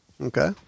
Okay